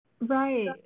Right